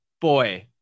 boy